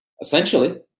essentially